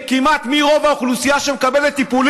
אני חושב שהחלום הכי רע של תושבי מזרח